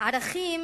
ערכים